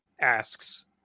asks